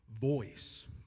voice